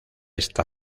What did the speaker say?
esta